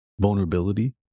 Vulnerability